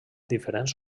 diferents